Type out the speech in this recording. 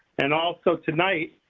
and also tonight,